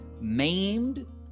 maimed